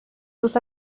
sus